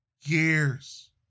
years